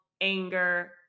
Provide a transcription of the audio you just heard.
anger